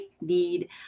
need